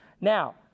Now